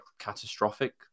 catastrophic